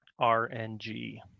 rng